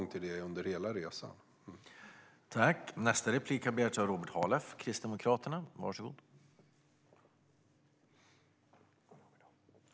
Detta var Nina Lundström också inne på.